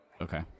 Okay